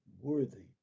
worthy